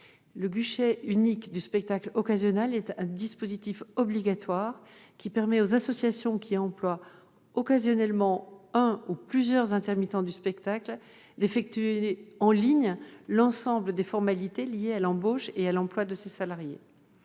Le guichet unique du spectacle occasionnel, qui est un dispositif obligatoire, permet aux associations qui emploient occasionnellement un ou plusieurs intermittents du spectacle d'effectuer en ligne l'ensemble des formalités liées à l'embauche et à l'emploi de ces salariés.